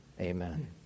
Amen